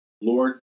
Lord